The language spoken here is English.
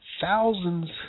thousands